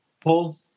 Paul